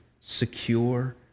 secure